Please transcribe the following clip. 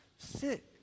Sit